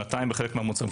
שנתיים בחלק מהמוצרים.